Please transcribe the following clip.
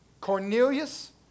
Cornelius